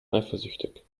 eifersüchtig